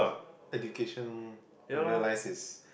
education I realize is